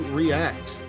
react